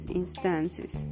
instances